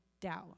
doubt